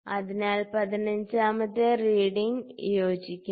അതിനാൽ പതിനഞ്ചാമത്തെ റീഡിങ് യോജിക്കുന്നു